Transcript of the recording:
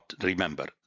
remember